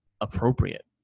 appropriate